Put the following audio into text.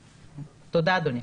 תודה, אדוני.